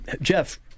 Jeff